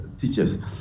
teachers